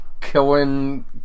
killing